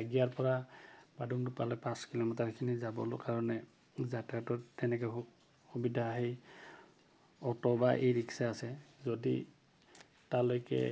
আগিয়াৰ পৰা বাডুংদুপ্পালৈ পাঁচ কিলোমিটাৰখিনি যাবলৈ কাৰণে যাতায়তত তেনেকে সুবিধা আহেই অটো' বা ই ৰিক্সা আছে যদি তালৈকে